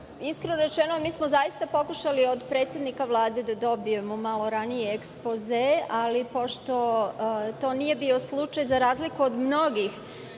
radi. Iskreno rečeno, zaista smo pokušali od predsednika Vlade da dobijemo malo ranije ekspoze, ali pošto to nije bio slučaj, za razliku od mnogih